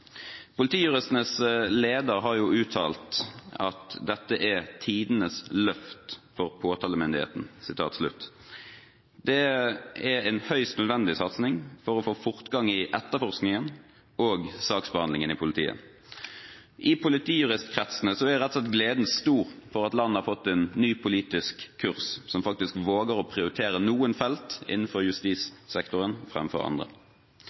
Det er en høyst nødvendig satsing for å få fortgang i etterforskningen og saksbehandlingen i politiet. I politijuristkretsene er gleden rett og slett stor over at landet har fått en ny politisk kurs som faktisk våger å prioritere noen felt innenfor justissektoren framfor andre.